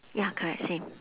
ya correct same